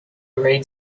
read